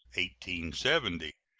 one seventy.